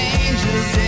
angels